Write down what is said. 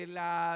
la